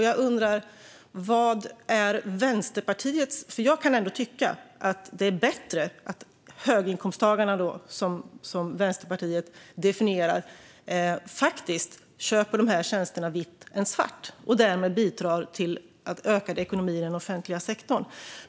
Jag kan ändå tycka att det är bättre att höginkomsttagarna, som Vänsterpartiet definierar, faktiskt köper dessa tjänster vitt än svart och därmed bidrar till en ökad ekonomi i den offentliga sektorn.